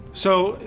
so,